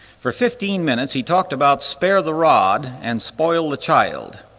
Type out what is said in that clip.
for fifteen minutes he talked about spare the rod and spoil the child,